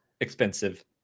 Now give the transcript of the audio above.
expensive